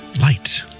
light